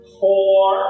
four